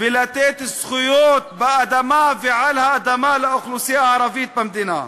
ולתת זכויות באדמה ועל האדמה לאוכלוסייה הערבית במדינה.